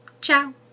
ciao